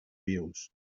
vius